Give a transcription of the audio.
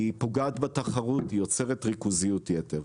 היא פוגעת בתחרות, היא יוצרת ריכוזיות יתר.